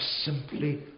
simply